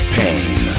pain